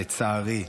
לצערי,